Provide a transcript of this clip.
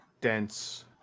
dense